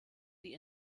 sie